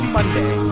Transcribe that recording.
Monday